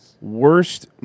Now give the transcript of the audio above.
worst